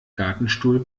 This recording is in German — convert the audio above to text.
gartenstuhl